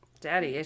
daddy